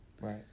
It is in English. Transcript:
Right